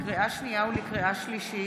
לקריאה שנייה ולקריאה שלישית: